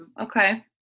Okay